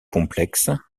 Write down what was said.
complexe